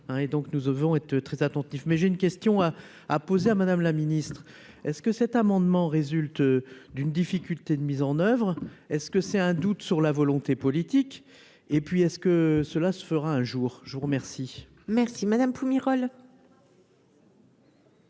et donc nous devons être très attentif, mais j'ai une question à poser à Madame la Ministre est-ce que cet amendement résulte d'une difficulté de mise en oeuvre est-ce que c'est un doute sur la volonté politique et puis est-ce que cela se fera un jour, je vous remercie. Merci madame Pumerole.